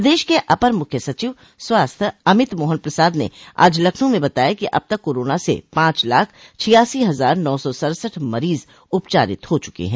प्रदेश के अपर मुख्य सचिव स्वास्थ्य अमित मोहन प्रसाद ने आज लखनऊ में बताया कि अब तक कोरोना से पांच लाख छियासी हजार नौ सौ सड़सठ मरीज उपचारित हो चुके हैं